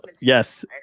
Yes